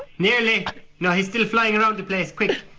nearly no, he's still flying around the place. quick.